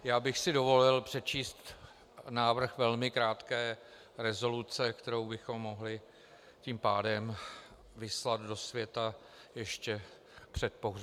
Já bych si dovolil přečíst návrh velmi krátké rezoluce, kterou bychom mohli tím pádem vyslat do světa ještě před pohřbem.